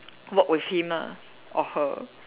work with him lah or her